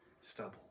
stubble